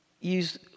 use